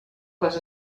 les